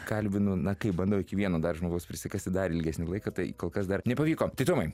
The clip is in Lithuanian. kalbinu na kaip bandau iki vieno dar žmogaus prisikasti dar ilgesnį laiką tai kol kas dar nepavyko tai tomai